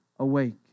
awake